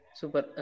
super